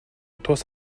тус